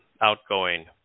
outgoing